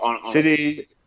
City